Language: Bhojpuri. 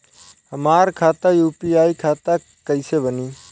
हमार खाता यू.पी.आई खाता कइसे बनी?